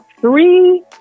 three